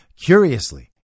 Curiously